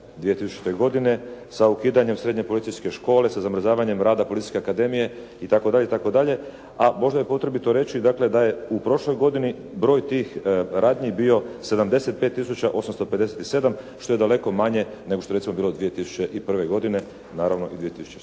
sa ukidanjem srednje policijske škole, sa zamrzavanjem rada Policijske akademije itd. itd. A možda je potrebito reći dakle da je u prošloj godini broj tih radnji bio 75857 što je daleko manje nego što je recimo bilo 2001. godine, naravno i 2006.